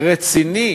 רציני